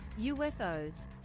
UFOs